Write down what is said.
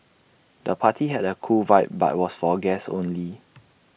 the party had A cool vibe but was for guests only